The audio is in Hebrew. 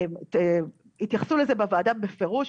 התייחסו לזה בוועדה בפירוש,